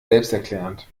selbsterklärend